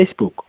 Facebook